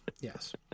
yes